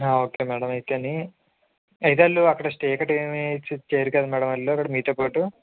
okay madam అయితే అయితే వాళ్ళు అక్కడ స్టే గట్రా ఏమీ చేయరు కదా మేడం వాళ్ళు అక్కడ మీతో పాటు